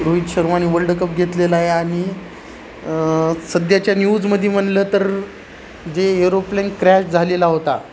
रोहित शर्मानी world cup घेतलेला आहे आणि सध्याच्या न्यूजमध्ये म्हणलं तर जे एरोप्लेन क्रॅश झालेला होता